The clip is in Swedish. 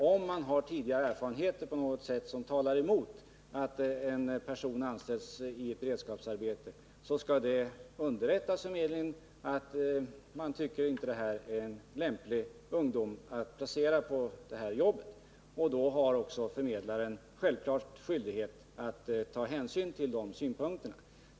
Om det finns tidigare erfarenheter som talar emot att en person anställs i ett visst beredskapsarbete skall förmedlingen underrättas om att personen inte anses lämplig att placeras på ett sådant jobb. Då har förmedlaren självklart skyldighet att ta hänsyn till de synpunkterna.